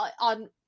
on